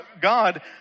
God